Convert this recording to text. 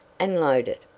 and load it.